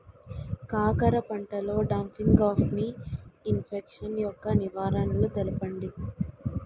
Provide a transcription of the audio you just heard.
కాకర పంటలో డంపింగ్ఆఫ్ని ఇన్ఫెక్షన్ యెక్క నివారణలు తెలపండి?